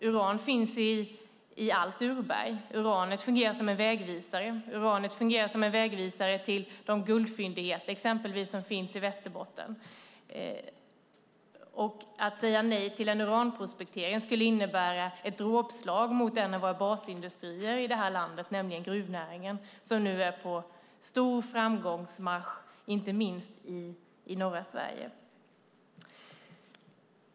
Uran finns i allt urberg, och uranet fungerar som en vägvisare till de guldfyndigheter som finns exempelvis i Västerbotten. Att säga nej till uranprospektering skulle innebära ett dråpslag mot en av basindustrierna i det här landet, nämligen gruvnäringen som nu är på stor framgångsmarsch inte minst i norra Sverige.